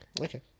Okay